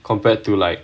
compared to like